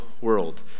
world